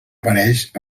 apareix